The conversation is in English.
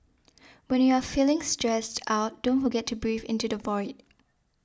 when you are feeling stressed out don't forget to breathe into the void